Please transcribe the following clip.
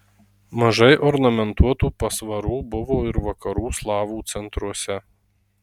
mažai ornamentuotų pasvarų buvo ir vakarų slavų centruose